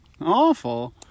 Awful